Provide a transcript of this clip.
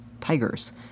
tigers